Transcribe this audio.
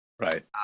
right